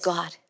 God